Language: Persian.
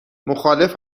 مخالف